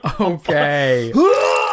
Okay